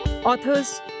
Authors